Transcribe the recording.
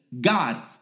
God